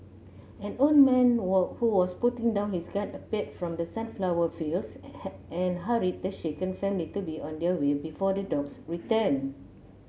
an old man were who was putting down his gun appeared from the sunflower fields and and hurried the shaken family to be on their way before the dogs return